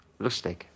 Lustig